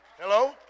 Hello